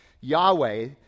Yahweh